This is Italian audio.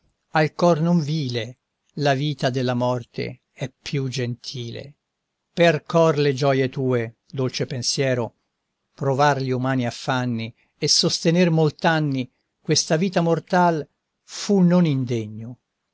al cor non vile la vita della morte è più gentile per còr le gioie tue dolce pensiero provar gli umani affanni e sostener molt'anni questa vita mortal fu non indegno